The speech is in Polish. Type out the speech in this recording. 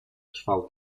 trwał